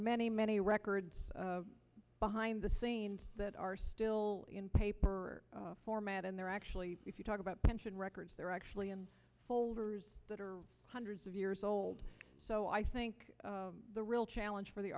many many records behind the scenes that are still in paper format and they're actually if you talk about pension records they're actually in folders that are hundreds of years old so i think the real challenge for the